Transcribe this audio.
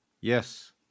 Yes